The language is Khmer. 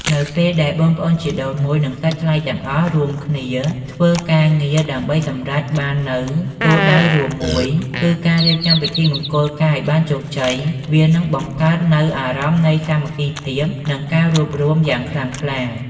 នៅពេលដែលបងប្អូនជីដូនមួយ និងសាច់ថ្លៃទាំងអស់រួមគ្នាធ្វើការងារដើម្បីសម្រេចបាននូវគោលដៅរួមមួយ គឺការរៀបចំពិធីមង្គលការឱ្យបានជោគជ័យ វានឹងបង្កើតនូវអារម្មណ៍នៃ សាមគ្គីភាព និងការរួបរួម យ៉ាងខ្លាំងក្លា។